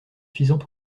suffisant